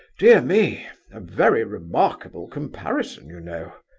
dear me a very remarkable comparison, you know!